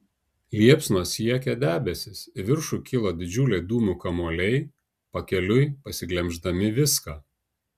liepsnos siekė debesis į viršų kilo didžiuliai dūmų kamuoliai pakeliui pasiglemždami viską